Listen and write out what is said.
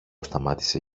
σταμάτησε